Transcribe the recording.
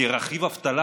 כרכיב אבטלה,